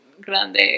grande